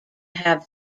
have